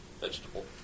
vegetable